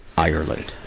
ireland?